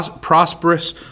prosperous